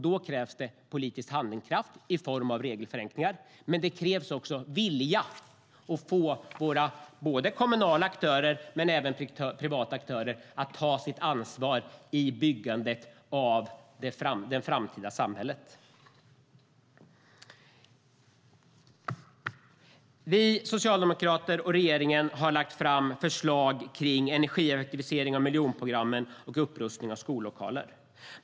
Då krävs det politisk handlingskraft i form av regelförenklingar. Men det krävs också vilja att få kommunala aktörer men även privata aktörer att ta sitt ansvar i byggandet av det framtida samhället. Vi socialdemokrater och regeringen har lagt fram förslag om energieffektivisering av miljonprogramsområden och upprustning av skollokaler.